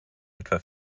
etwa